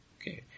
Okay